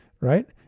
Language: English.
right